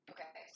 Okay